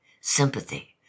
sympathy